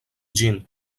ĝin